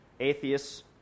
Atheists